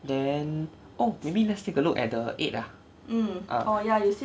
then oh maybe let's take a look at the eight ah ah